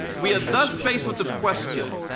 we are thus faced with the question,